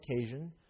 occasion